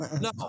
No